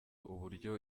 uburyo